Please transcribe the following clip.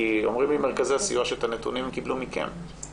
כי אומרים לי מרכזי הסיוע שאת הנתונים קיבלו מכם.